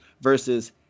versus